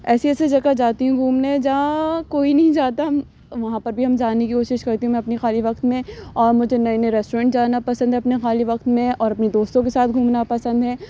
ایسی ایسی جگہ جاتی ہوں گھومنے جہاں کوئی نہیں جاتا ہم وہاں پر بھی ہم جانے کی کوشش کرتی ہوں میں اپنے خالی وقت میں اور مجھے نئے نئے ریسٹورنٹ جانا پسند ہے اپنے خالی وقت میں اور اپنے دوستوں کے ساتھ گھومنا پسند ہیں